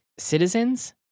Citizens